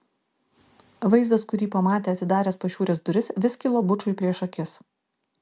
vaizdas kurį pamatė atidaręs pašiūrės duris vis kilo bučui prieš akis